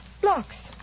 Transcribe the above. blocks